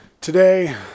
Today